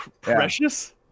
Precious